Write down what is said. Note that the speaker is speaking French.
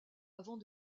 avant